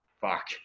fuck